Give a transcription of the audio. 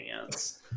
dance